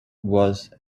was